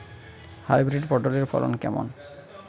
Hybrid পটলের ফলন কেমন?